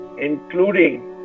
including